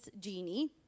genie